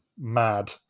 mad